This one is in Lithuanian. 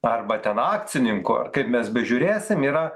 arba ten akcininko kaip mes bežiūrėsim yra